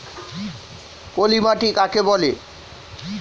পলি মাটি কাকে বলে?